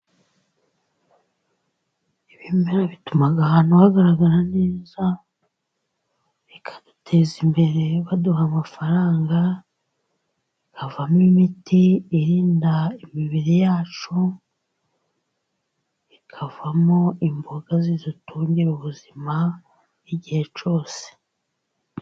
Ibimera bituma ahantu hagaragara neza, bikaduteza imbere baduha amafaranga, bikavamo imiti irinda imibiri yacu, bikavamo imboga zidutungira ubuzima igihe cyose.